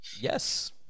yes